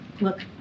Look